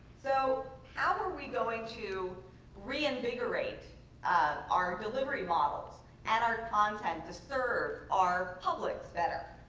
so how are we going to reinvigorate our delivery models and our content to serve our publics better?